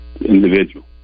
individual